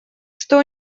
что